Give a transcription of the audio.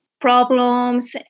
problems